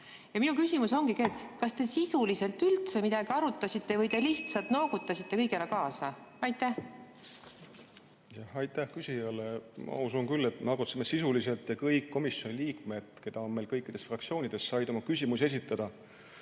Minu küsimus ongi: kas te sisuliselt üldse midagi arutasite või te lihtsalt noogutasite kõigele kaasa? Aitäh küsijale! Ma usun küll, et me arutasime sisuliselt ja kõik komisjoni liikmed, keda on meil kõikidest fraktsioonidest, said küsimusi esitada.